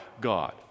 God